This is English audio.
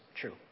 true